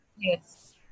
Yes